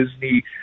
Disney